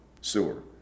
sewer